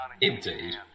indeed